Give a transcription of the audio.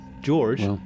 George